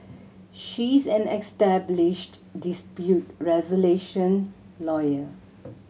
she is an established dispute resolution lawyer